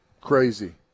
Crazy